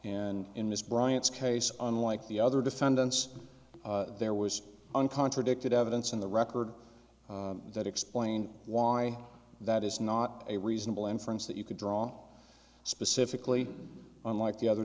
and in this bryant's case unlike the other defendants there was uncontradicted evidence in the record that explain why that is not a reasonable inference that you could draw specifically unlike the other